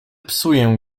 psuję